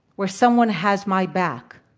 where someone has my back.